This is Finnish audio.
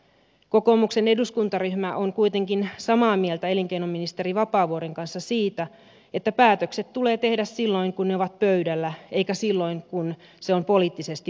kokoomuksen eduskuntaryhmä on kuitenkin samaa mieltä elinkeinoministeri vapaavuoren kanssa siitä että päätökset tulee tehdä silloin kun ne ovat pöydällä eikä silloin kun se on poliittisesti mukavinta